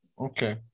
okay